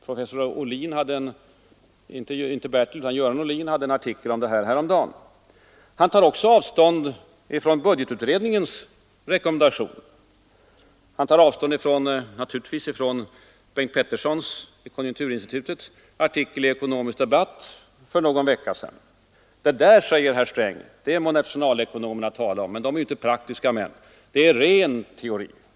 Professor Göran Ohlin hade en artikel om det häromdagen. Finansministern tar också avstånd från budgetutredningens rekommendation och, naturligtvis, från Bengt Petterssons, konjunkturinstitutet, artikel i Ekonomisk Debatt för någon vecka sedan. Detta, säger herr Sträng, må nationalekonomerna tala om. De är inte praktiska män. Det är ren teori.